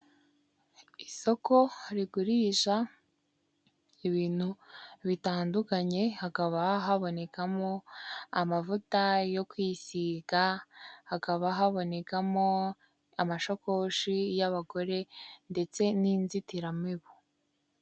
Isoko rigurisha ibintu bitandukanye, hakaba habonekamo amavuta yo kwisiga, hakaba habonekamo amashakoshi y'abagore ndetse n'inzitiramibu.